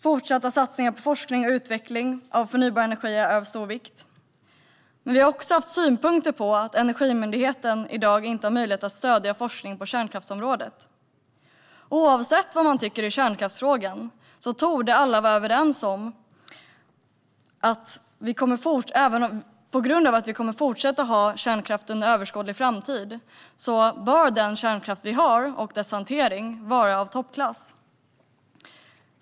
Fortsatta satsningar på forskning och utveckling av förnybar energi är av stor vikt. Vi har haft synpunkter på att Energimyndigheten i dag inte har möjlighet att stödja forskning på kärnkraftsområdet. Oavsett vad man tycker i kärnkraftsfrågan torde alla vara överens om att eftersom vi fortsatt kommer att ha kärnkraft under överskådlig framtid bör denna kärnkraft och dess hantering vara i toppklass.